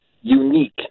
unique